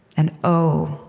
and oh,